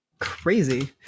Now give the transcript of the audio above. Crazy